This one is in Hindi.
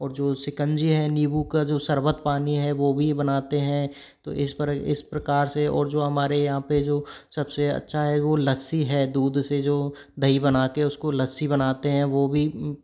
और जो सिकंजी है नींबू का जो शरबत पानी है वो भी बनाते हैं तो इस पर इस प्रकार से और जो हमारे यहाँ पे जो सबसे अच्छा है वो लस्सी है दूध से जो दही बना के उसको लस्सी बनाते हैं वो भी